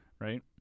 Right